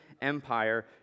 Empire